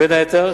בין היתר,